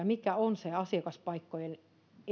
mikä on se asiakaspaikkojen